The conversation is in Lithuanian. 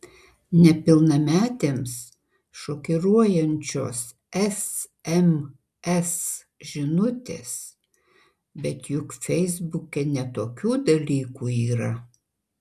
nepilnametėms šokiruojančios sms žinutės bet juk feisbuke ne tokių dalykų yra